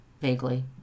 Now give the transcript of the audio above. vaguely